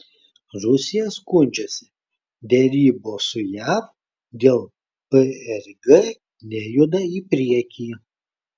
rusija skundžiasi derybos su jav dėl prg nejuda į priekį